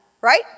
right